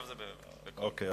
אני